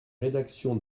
rédaction